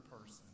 person